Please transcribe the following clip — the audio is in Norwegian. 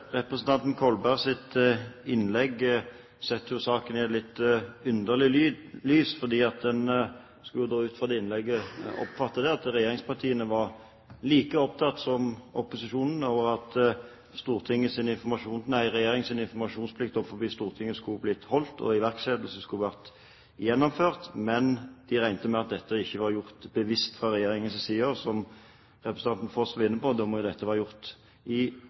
et litt underlig lys, for man kunne ut fra det innlegget oppfatte det slik at regjeringspartiene var like opptatt som opposisjonen av at regjeringens informasjonsplikt overfor Stortinget skulle bli holdt, og iverksettelse skulle vært gjennomført, men de regnet med at dette ikke var gjort bevisst fra regjeringens side, og – som representanten Foss var inne på – da må jo dette ha vært gjort i